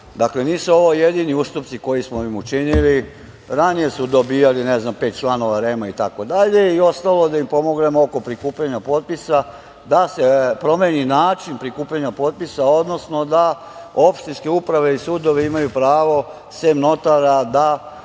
dakle, nisu ovo jedini ustupci koje smo im učinili, ranije su dobijali, ne znam - pet članova REM-a, itd. i ostalo da im pomognemo oko prikupljanja potpisa, da se promeni način prikupljanja potpisa, odnosno, da opštinske uprave i sudovi imaju pravo, osim notara, da